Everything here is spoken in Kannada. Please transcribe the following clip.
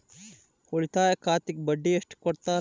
ಉಳಿತಾಯ ಖಾತೆಗೆ ಬಡ್ಡಿ ಎಷ್ಟು ಕೊಡ್ತಾರ?